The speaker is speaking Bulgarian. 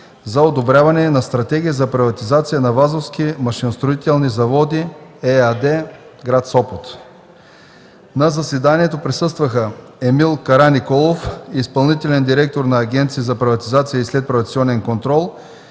за одобряване на Стратегия за приватизация на „Вазовски машиностроителни заводи” ЕАД – гр. Сопот. На заседанието присъстваха Емил Караниколов – изпълнителен директор на Агенцията за приватизация и следприватизационен контрол,